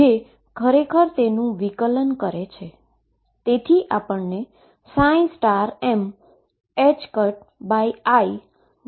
જે ખરેખર તેનુ ડીફરન્શીએશન કરે છે